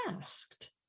asked